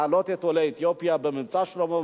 להעלות את עולי אתיופיה ב"מבצע שלמה",